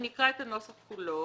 זרה,